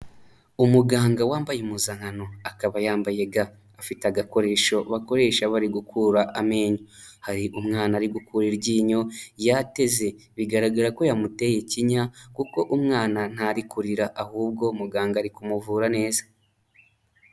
Umuganga wambaye impuzankano akaba yambaye ga, afite agakoresho bakoresha bari gukura amenyo, hari umwana ari gukura iryinyo yateze bigaragara ko yamuteye ikinya kuko umwana ntari kurira ahubwo muganga ari kumuvura neza.